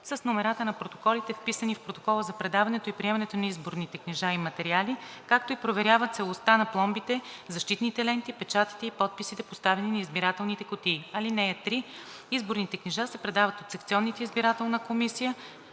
с номерата на протоколите, вписани в протокола за предаването и приемането на изборните книжа и материали, както и проверява целостта на пломбите, защитните ленти, печатите и подписите, поставени на избирателните кутии. (3) Изборните книжа от секционната избирателна комисия